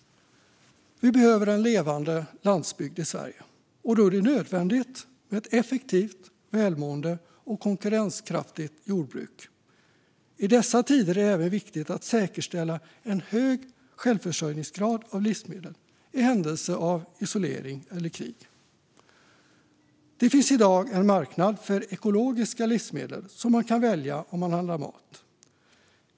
Vi behöver en levande landsbygd i Sverige, och då är det nödvändigt med ett effektivt, välmående och konkurrenskraftigt jordbruk. I dessa tider är det även viktigt att säkerställa en hög självförsörjningsgrad av livsmedel i händelse av isolering eller krig. Det finns i dag en marknad för ekologiska livsmedel, som man kan välja när man handlar mat.